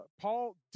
Paul